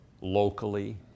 locally